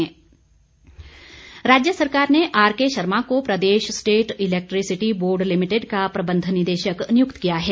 नियुक्ति राज्य सरकार ने आरके शर्मा को प्रदेश स्टेट इलैक्ट्रिसिटी बोर्ड लिमिटेड का प्रबंध निदेशक नियुक्त किया है